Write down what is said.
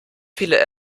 viele